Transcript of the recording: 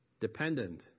dependent